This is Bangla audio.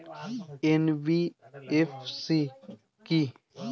এন.বি.এফ.সি কী?